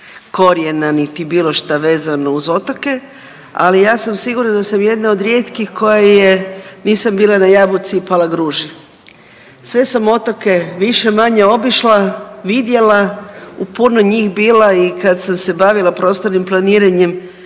korijena niti bilo šta vezano uz otoke, ali ja sam sigurna da sam jedna od rijetkih koja je nisam bila ja Jabuci i Palagruži. Sve sam otoke više-manje obišla, vidjela u puno njih bila i kad sam se bavila prostornim planiranjem